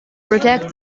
protect